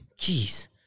Jeez